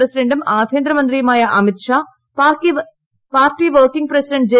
പ്രസിഡന്റും ആഭ്യന്തരമന്ത്രിയുമായ Amit Shah party working president J